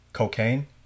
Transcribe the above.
cocaine